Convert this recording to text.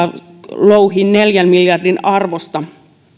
louhivat neljän miljardin arvosta